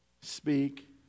Speak